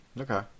Okay